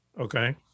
Okay